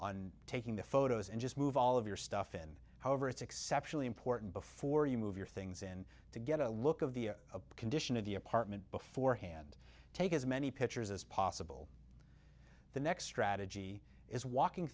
on taking the photos and just move all of your stuff in however it's exceptionally important before you move your things in to get a look of the condition of the apartment beforehand take as many pictures as possible the next strategy is walking